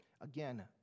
Again